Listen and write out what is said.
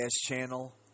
channel